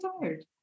tired